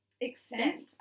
extent